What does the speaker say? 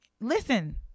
Listen